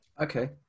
okay